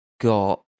got